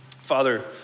Father